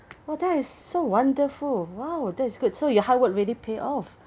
!wow! that is so wonderful !wow! that's good so your hard work really pay off